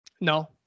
No